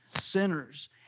sinners